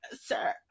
sir